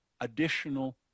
additional